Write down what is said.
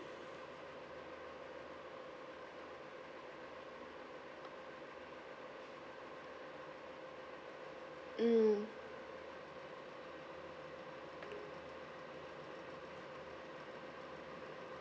mm